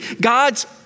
God's